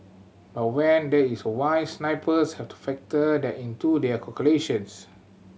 but when there is wind snipers have to factor that into their calculations